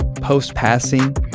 post-passing